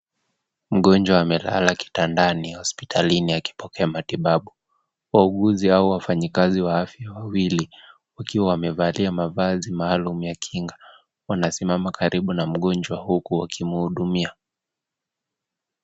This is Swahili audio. Mgonjwa amelala kitandani hospitalini akipokea matibabu. Wauguzi au wafanyikazi wa afya wawili wakiwa wamevalia mavazi maalumu ya kinga, wanasimama karibu na mgonjwa, huku wakimhuduma.